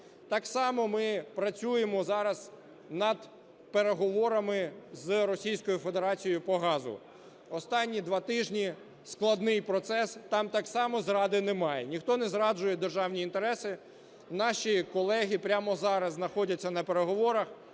Так само ми працюємо зараз над переговорами з Російською Федерацією по газу. Останні два тижні складний процес, там так само зради немає, ніхто не зраджує державні інтереси. Наші колеги прямо зараз знаходяться на переговорах,